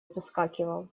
заскакивал